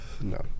No